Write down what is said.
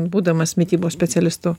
būdamas mitybos specialistu